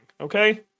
Okay